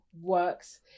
works